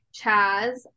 Chaz